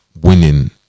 winning